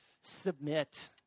submit